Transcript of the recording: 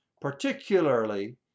particularly